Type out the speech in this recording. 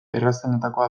errazenetakoa